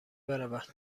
برود